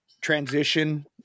transition